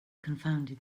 confounded